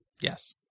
Yes